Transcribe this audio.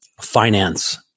finance